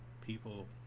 people